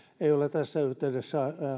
ei ole tässä yhteydessä